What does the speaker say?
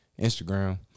Instagram